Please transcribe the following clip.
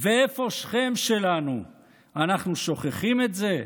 ואיפה שכם שלנו, אנחנו שוכחים את זה?